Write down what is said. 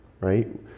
right